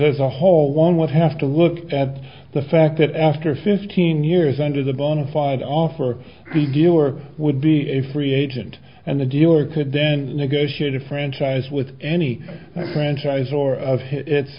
as a whole one would have to look at the fact that after fifteen years under the bona fide offer the dealer would be a free agent and the dealer could then negotiate a franchise with any franchise or of